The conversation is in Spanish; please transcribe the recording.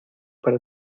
para